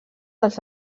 dels